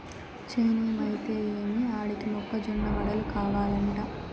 చేనేమైతే ఏమి ఆడికి మొక్క జొన్న వడలు కావలంట